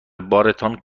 بارتان